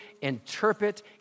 interpret